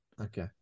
okay